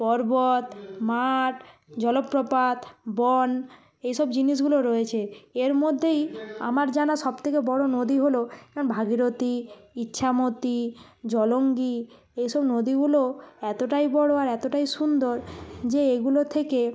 পর্বত মাঠ জলপ্রপাত বন এই সব জিনিসগুলো রয়েছে এর মধ্যেই আমার জানা সবথেকে বড়ো নদী হল ভাগীরথী ইচ্ছামতী জলঙ্গি এই সব নদীগুলো এতটাই বড় আর এতটাই সুন্দর যে এগুলো থেকে